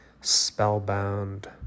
spellbound